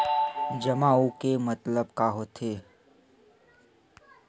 जमा आऊ के मतलब का होथे?